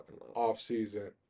offseason